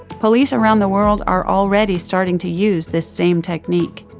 police around the world are already starting to use this same technique.